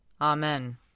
Amen